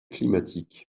climatique